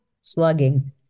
Slugging